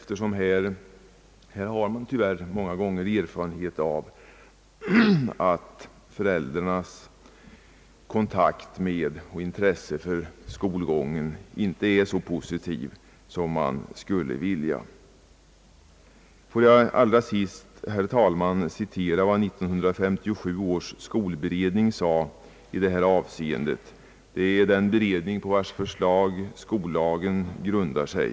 Här har man nämligen tyvärr många gånger erfarenhet av att föräldrarnas kontakt med och intresse för skolgången inte är så positiva som man skulle önska. Låt mig allra sist, herr talman, återge vad 1957 års skolberedning sade i detta avseende — det är den beredning på vars förslag skollagen grundar sig.